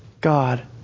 God